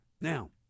Now